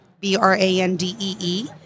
B-R-A-N-D-E-E